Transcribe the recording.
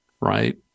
right